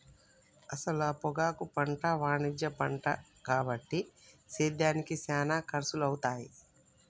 అసల పొగాకు పంట వాణిజ్య పంట కాబట్టి సేద్యానికి సానా ఖర్సులవుతాయి